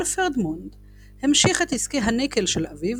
אלפרד מונד המשיך את עסקי הניקל של אביו